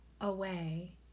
away